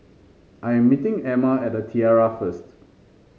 I am meeting Amma at The Tiara first